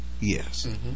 Yes